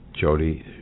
Jody